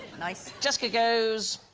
nice jessica goes